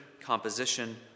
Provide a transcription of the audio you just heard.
composition